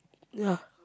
ya